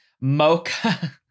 Mocha